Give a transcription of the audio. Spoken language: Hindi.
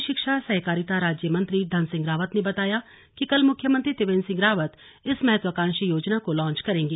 उच्च शिक्षा सहकारिता राज्य मंत्री धन सिंह रावत ने बताया कि कल मुख्यमंत्री त्रिवेंद्र सिंह रावत इस महत्वाकांक्षी योजना को लांच करेंगे